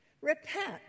Repent